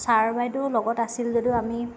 sir বাইদেউ লগত আছিল যদিও আমি